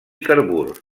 carbur